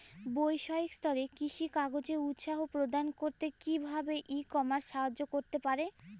বৈষয়িক স্তরে কৃষিকাজকে উৎসাহ প্রদান করতে কিভাবে ই কমার্স সাহায্য করতে পারে?